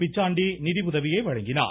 பிச்சாண்டி நிதியுதவியை வழங்கினார்